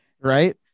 Right